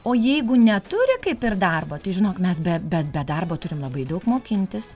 o jeigu neturi kaip ir darbo tai žinok mes be bet be darbo turim labai daug mokintis